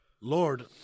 Lord